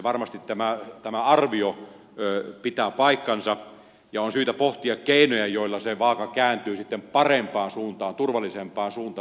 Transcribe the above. varmasti tämä arvio pitää paikkansa ja on syytä pohtia keinoja joilla se vaaka kääntyy sitten parempaan suuntaan turvallisempaan suuntaan